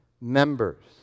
members